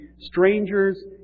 strangers